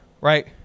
Right